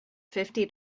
fifty